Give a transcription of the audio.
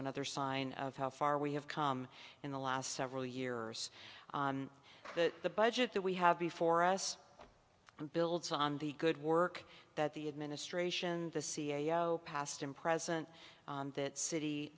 another sign of how far we have come in the last several years that the budget that we have before us and builds on the good work that the administration the c f o past and present that city